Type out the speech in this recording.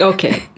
Okay